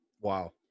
Wow